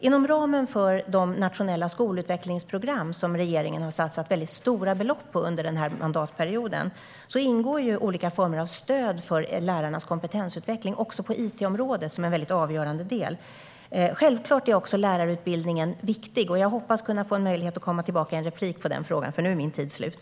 Inom ramen för de nationella skolutvecklingsprogram som regeringen har satsat väldigt stora belopp på under mandatperioden ingår olika former av stöd för lärarnas kompetensutveckling också på it-området som en väldigt avgörande del. Självklart är också lärarutbildningen viktig. Jag hoppas kunna få en möjlighet att komma tillbaka i nästa inlägg till den frågan, för nu är min talartid slut.